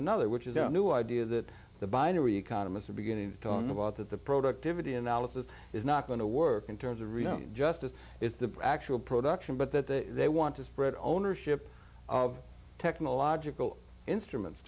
another which is a new idea that the binary economists are beginning to own about that the productivity analysis is not going to work in terms of justice is the actual production but that they want to spread ownership of technological instruments